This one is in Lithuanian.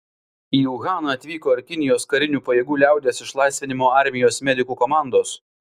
į uhaną atvyko ir kinijos karinių pajėgų liaudies išlaisvinimo armijos medikų komandos